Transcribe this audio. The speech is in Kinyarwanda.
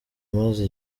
maze